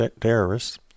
terrorists